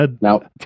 Now